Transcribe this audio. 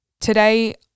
today